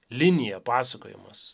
linija pasakojimas